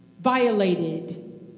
violated